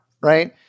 right